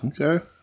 Okay